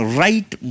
right